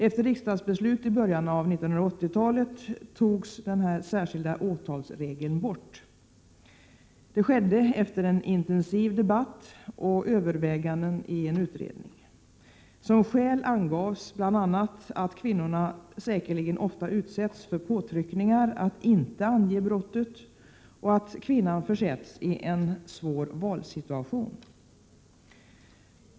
Efter riksdagsbeslut i början av 1980-talet togs denna särskilda åtalsregel bort. Det skedde efter en intensiv debatt och överväganden i en utredning. Som skäl angavs bl.a. att kvinnorna säkerligen ofta utsätts för påtryckningar att inte ange brottet och att kvinnan försätts i en svår valsituation.